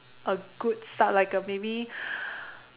a good start like a maybe